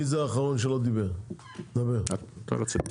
בבקשה.